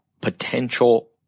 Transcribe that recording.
potential